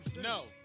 no